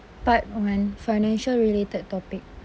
part one financial related topic